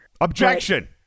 Objection